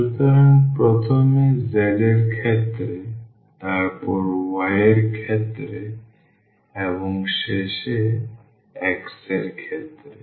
সুতরাং প্রথমে z এর ক্ষেত্রে তারপর y এর ক্ষেত্রে এবং শেষে x এর ক্ষেত্রে